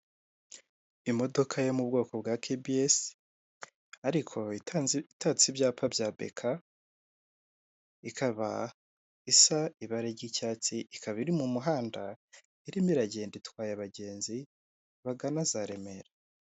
Imodoka yo mu bwoko bwa kebiyesi ariko itatse ibyapa bya beka, ikaba isa ibara ry'icyatsi, ikaba iri mu muhanda irimo iragenda itwaye abagenzi bagana za Remera.